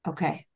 Okay